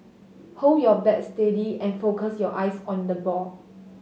hold your bat steady and focus your eyes on the ball